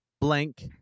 blank